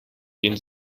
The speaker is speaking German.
den